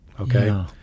Okay